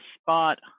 spot